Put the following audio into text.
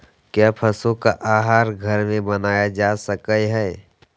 क्या पशु का आहार घर में बनाया जा सकय हैय?